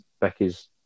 Becky's